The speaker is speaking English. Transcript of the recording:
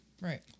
right